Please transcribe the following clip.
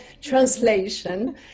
translation